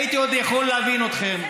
הייתי עוד יכול להבין אתכם.